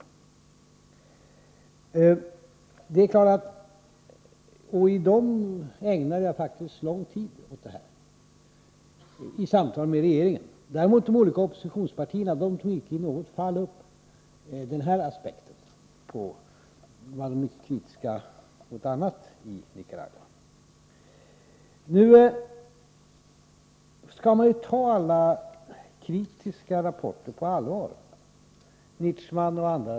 I samtalen med regeringen ägnade jag faktiskt lång tid åt just miskitoindianerna. Däremot tog de olika oppositionspartierna, som var mycket kritiska mot annat i Nicaragua, icke i något fall upp denna aspekt. Man skall ta alla kritiska rapporter — Nietschmanns och andras — på allvar.